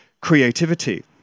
creativity